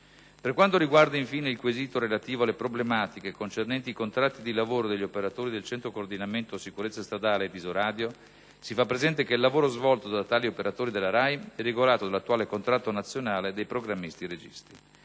Per quanto riguarda, infine, il quesito relativo alle problematiche concernenti i contratti di lavoro degli operatori del Centro coordinamento sicurezza stradale e di Isoradio, si fa presente che il lavoro svolto da tali operatori della RAI è regolato dall'attuale contratto nazionale dei programmisti registi.